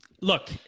Look